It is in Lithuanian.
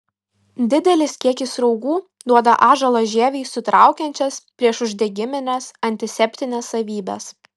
didelis kiekis raugų duoda ąžuolo žievei sutraukiančias priešuždegimines antiseptines savybes